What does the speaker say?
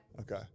Okay